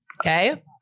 Okay